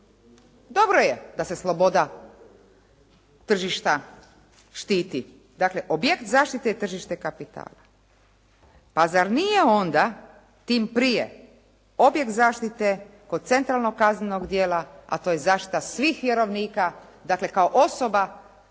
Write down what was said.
Dobro je da se sloboda tržišta štitit. Dakle objekt zaštite je tržište kapitala. Pa zar nije onda tim prije objekt zaštite kod centralnog kaznenog djela, a to je zaštita svih vjerovnika dakle kao osoba